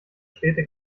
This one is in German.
städte